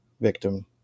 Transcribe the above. victim